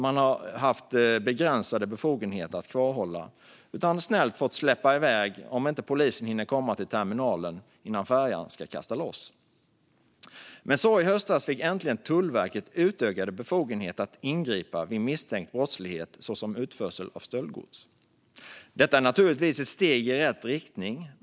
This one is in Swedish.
Man har haft begränsade befogenheter att kvarhålla det och har snällt fått släppa iväg det om polisen inte har hunnit komma till terminalen innan färjan har kastat loss. I höstas fick Tullverket dock äntligen utökade befogenheter att ingripa vid misstänkt brottslighet såsom utförsel av stöldgods. Det är ett steg i rätt riktning.